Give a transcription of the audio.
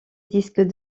disque